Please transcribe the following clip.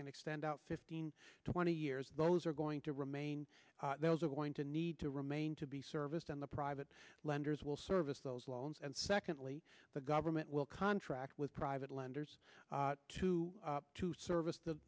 can extend out fifteen to twenty years those are going to remain those are going to need to remain to be serviced in the private lenders will service those loans and secondly the government will contract with private lenders to to service the